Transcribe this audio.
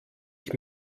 ich